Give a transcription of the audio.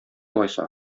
алайса